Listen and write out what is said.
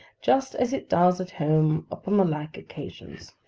just as it does at home upon the like occasions.